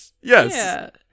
Yes